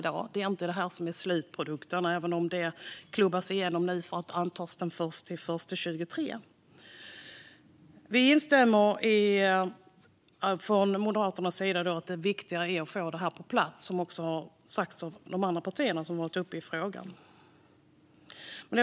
Detta är inte slutprodukten, även om det klubbas igenom i dag för att träda i kraft den 1 januari 2023. Moderaterna instämmer i att det är viktigt att få detta på plats.